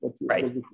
Right